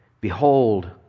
Behold